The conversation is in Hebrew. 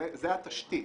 זו התשתית.